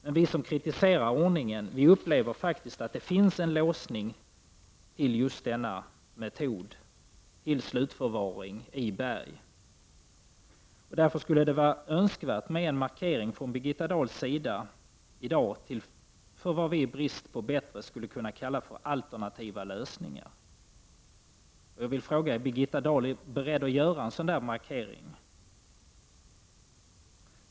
Men vi som kritiserar ordningen upplever faktiskt att det finns en låsning till just denna metod, till slutförvaring i berg. Därför skulle det vara önskvärt med en markering från Birgitta Dahls sida för vad vi i brist på bättre skulle kunna kalla alternativa lösningar. Jag vill fråga om Birgitta Dahl är beredd att göra en sådan markering.